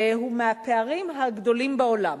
והוא מהפערים הגדולים בעולם.